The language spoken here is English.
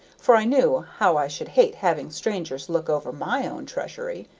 for i knew how i should hate having strangers look over my own treasury.